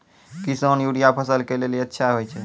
किसान यूरिया फसल के लेली अच्छा होय छै?